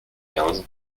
quinze